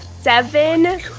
Seven